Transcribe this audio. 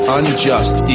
unjust